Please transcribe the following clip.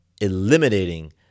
eliminating